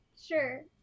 sure